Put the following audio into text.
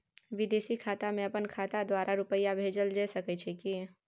विदेशी खाता में अपन खाता द्वारा रुपिया भेजल जे सके छै की?